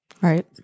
Right